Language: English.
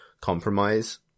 compromise